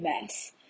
mess